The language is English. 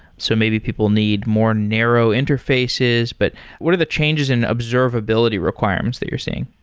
so maybe people need more narrow interfaces, but what are the changes in observability requirements that you're seeing?